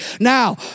Now